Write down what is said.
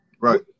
Right